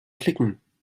klicken